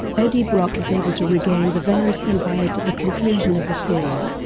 eddie brock is able to regain the venom symbiote at the conclusion of the series,